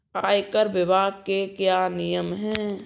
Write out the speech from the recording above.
आयकर विभाग के क्या नियम हैं?